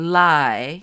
lie